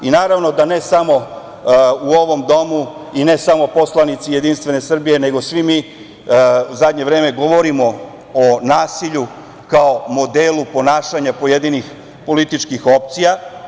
I naravno da ne samo u ovom domu i ne samo poslanici Jedinstvene Srbije, nego svi mi u poslednje vreme govorimo o nasilju kao modelu ponašanja pojedinih političkih opcija.